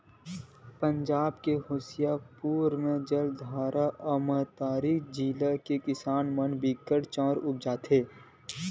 पंजाब के होसियारपुर, जालंधर, अमरितसर जिला के किसान मन बिकट के चाँउर उपजाथें